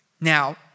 Now